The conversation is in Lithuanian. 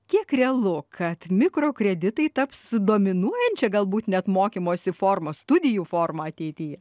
kiek realu kad mikrokreditai taps dominuojančia galbūt net mokymosi forma studijų forma ateityje